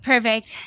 Perfect